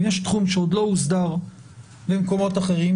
אם יש תחום שעוד לא הוסדר במקומות אחרים,